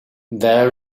there